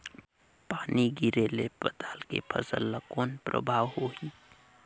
पानी गिरे ले पताल के फसल ल कौन प्रभाव होही?